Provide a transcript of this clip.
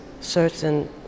certain